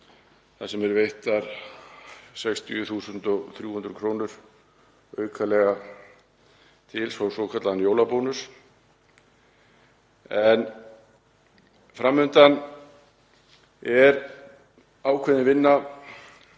þar sem eru veittar 60.300 kr. aukalega í svokallaðan jólabónus. Fram undan er ákveðin vinna